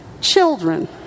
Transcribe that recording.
Children